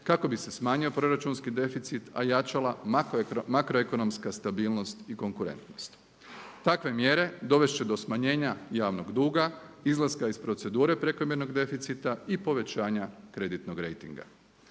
kako bi se smanjio proračunski deficit a jačala makroekonomska stabilnost i konkurentnost. Takve mjere dovest će do smanjenja javnog duga, izlaska iz procedure prekomjernog deficita i povećanja kreditnog rejtinga